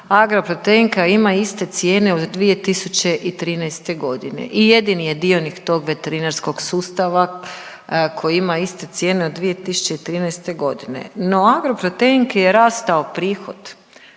Agroproteinka ima iste cijene od 2013.g. i jedini je dionik tog veterinarskog sustava koji ima iste cijene od 2013.g., no Agroproteinki je rastao prihod